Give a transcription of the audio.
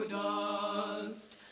dust